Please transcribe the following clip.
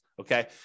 okay